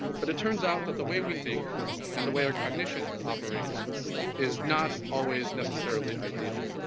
but it turns out that the way we think and the way our cognition operates is not always necessarily ideal.